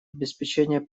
обеспечение